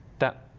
that